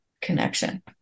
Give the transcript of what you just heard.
connection